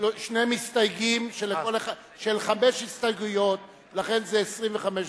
שני מסתייגים של חמש הסתייגויות, לכן זה 25 דקות.